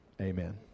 amen